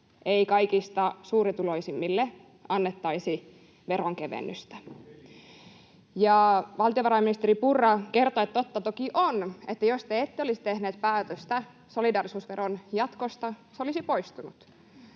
ei kaikista suurituloisimmille annettaisi veronkevennystä. Valtiovarainministeri Purra kertoi, että totta toki on, että jos ei olisi tehty päätöstä solidaarisuusveron jatkosta, se olisi poistunut,